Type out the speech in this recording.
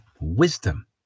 wisdom